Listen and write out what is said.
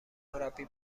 مربی